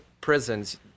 prisons